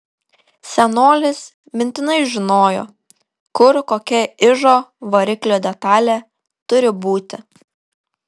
senolis mintinai žinojo kur kokia ižo variklio detalė turi būti